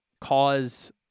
cause